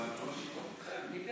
זה אומר שיתקוף אתכם.